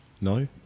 No